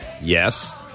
Yes